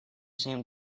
same